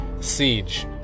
Siege